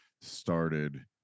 started